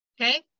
Okay